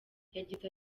yagize